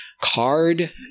Card